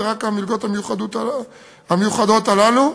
זה רק המלגות המיוחדות הללו,